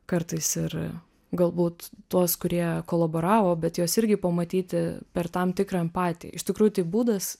kartais ir galbūt tuos kurie kolaboravo bet juos irgi pamatyti per tam tikrą empatiją iš tikrųjų tai būdas